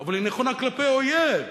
אבל הוא נכון כלפי אויב.